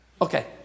Okay